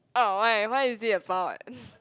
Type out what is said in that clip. ah why what is it about